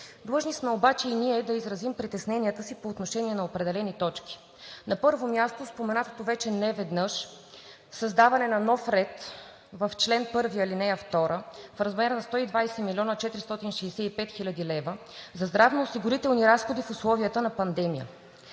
Длъжни сме обаче и ние де изразим притесненията си по отношение на определени точки. На първо място, неведнъж споменатото вече създаване на нов ред в чл. 1, ал. 2 в размер на 120 млн. 465 хил. лв. за здравноосигурителни разходи в условията на пандемия.